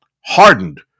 hardened